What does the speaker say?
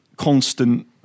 Constant